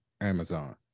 Amazon